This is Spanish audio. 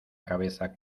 cabeza